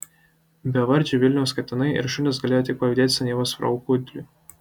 bevardžiai vilniaus katinai ir šunys galėjo tik pavydėti senyvos frau kudliui